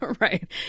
Right